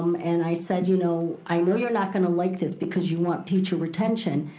um and i said, you know, i know you're not gonna like this because you want teacher retention,